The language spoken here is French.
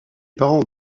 parents